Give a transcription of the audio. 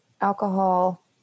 Alcohol